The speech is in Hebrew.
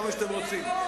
תתרגזו כמה שאתם רוצים.